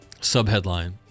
Subheadline